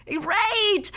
Right